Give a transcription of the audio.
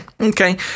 Okay